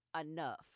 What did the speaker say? enough